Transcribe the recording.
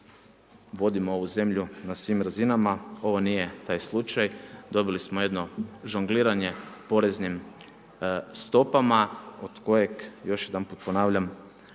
vodimo ovu zemlju na svim razinama, ovo nije taj slučaj. Dobili smo jedno žongliranje poreznim stopama od kojeg, još jedanput ponavljam